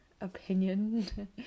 opinion